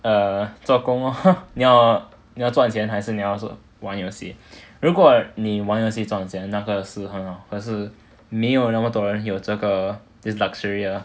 err 做工 lor 你要你要赚钱还是你要玩游戏如果你玩游戏赚钱那个是很好可是没有那么多人有这个 this luxury lah